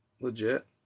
Legit